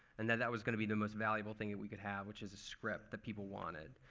and that that was going to be the most valuable thing that we could have, which is a script that people wanted.